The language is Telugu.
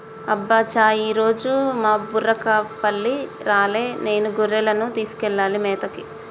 అబ్బ చా ఈరోజు మా బుర్రకపల్లి రాలే నేనే గొర్రెలను తీసుకెళ్లాలి మేతకి